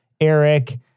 Eric